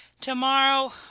tomorrow